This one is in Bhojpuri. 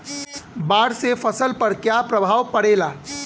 बाढ़ से फसल पर क्या प्रभाव पड़ेला?